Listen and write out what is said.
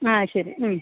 ആ ശരി